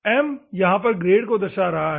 M यहां पर grade को दर्शा रहा है